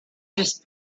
just